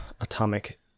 atomic